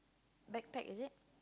backpack is it